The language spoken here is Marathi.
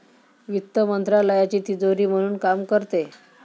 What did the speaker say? वित्त मंत्रालयाची तिजोरी म्हणून काम करते